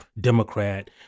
Democrat